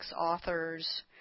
authors